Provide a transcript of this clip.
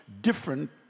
different